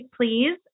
please